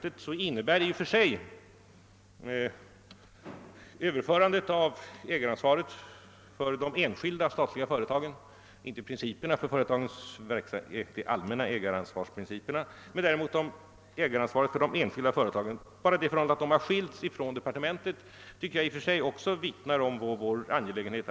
Den direkta ägarinsynen i de statliga aktiebolagen har överförts från departementen till förvaltningsbolaget.